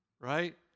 right